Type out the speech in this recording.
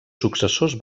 successors